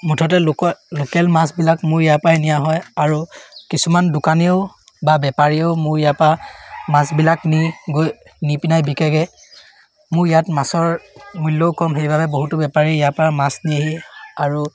মুঠতে লোকেল মাছবিলাক মোৰ ইয়াৰপৰাই নিয়া হয় আৰু কিছুমান দোকানীয়েও বা বেপাৰীয়েও মোৰ ইয়াৰপৰা মাছবিলাক নি গৈ নিপিনাই বিকেগৈ মোৰ ইয়াত মাছৰ মূল্যও কম সেইবাবে বহুতো বেপাৰী ইয়াৰপৰা মাছ নিয়েহি আৰু